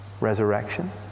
resurrection